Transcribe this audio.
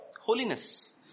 holiness